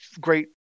great